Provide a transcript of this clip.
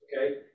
Okay